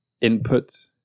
input